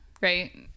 right